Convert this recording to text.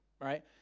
right